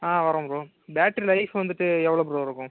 ஆ வர்றோம் bro battery life வந்துட்டு எவ்வளோ ப்ரோ இருக்கும்